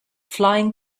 flying